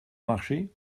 marché